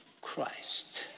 Christ